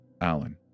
Allen